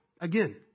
again